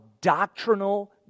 doctrinal